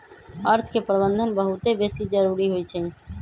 अर्थ के प्रबंधन बहुते बेशी जरूरी होइ छइ